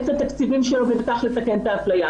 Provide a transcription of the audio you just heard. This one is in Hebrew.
את התקציבים שלו ובכך לתקן את האפליה.